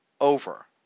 over